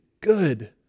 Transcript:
good